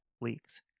leaks